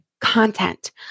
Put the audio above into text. content